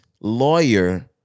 lawyer